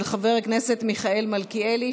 של חבר הכנסת מיכאל מלכיאלי,